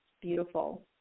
Beautiful